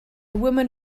woman